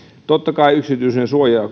totta kai yksityisyydensuojaa